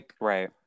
Right